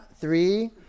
three